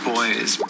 Boys